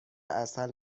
عسل